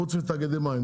חוץ מתאגידי מים,